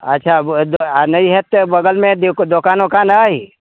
अच्छा आओर नहि हैत तऽ बगलमे दोकान वोकान अइ